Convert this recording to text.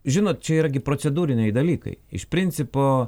žinot čia irgi procedūriniai dalykai iš principo